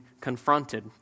confronted